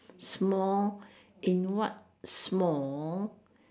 small in what small